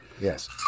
Yes